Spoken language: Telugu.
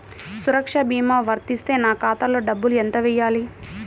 సురక్ష భీమా వర్తిస్తే నా ఖాతాలో డబ్బులు ఎంత వేయాలి?